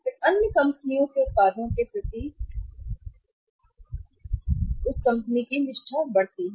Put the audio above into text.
फिर अन्य कंपनियों के उत्पादों के प्रति कंपनी के प्रति उनकी निष्ठा बढ़ती है